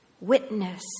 Witness